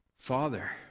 Father